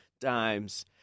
Dimes